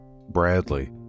Bradley